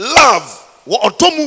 love